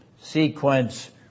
sequence